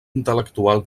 intel·lectual